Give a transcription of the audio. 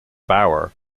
bowyer